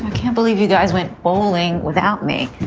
can't believe you guys went bowling without me.